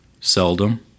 Seldom